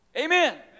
Amen